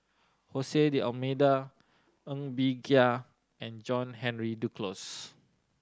Hose D'Almeida Ng Bee Kia and John Henry Duclos